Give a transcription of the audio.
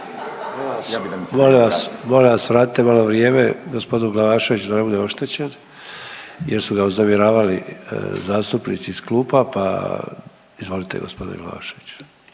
Molim vas! Molim vas vratite malo vrijeme gospodinu Glavaševiću da ne bude oštećen jer su ga uznemiravali zastupnici iz klupa, pa izvolite gospodine Glavaševiću.